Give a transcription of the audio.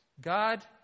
God